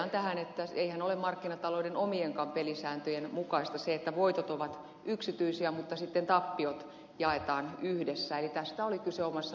totean tähän että eihän ole markkinatalouden omienkaan pelisääntöjen mukaista se että voitot ovat yksityisiä mutta sitten tappiot jaetaan yhdessä eli tästä oli kyse omassa puheenvuorossani